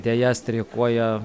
deja streikuoja